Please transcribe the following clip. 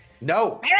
No